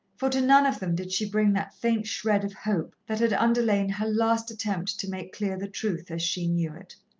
for to none of them did she bring that faint shred of hope that had underlain her last attempt to make clear the truth as she knew it.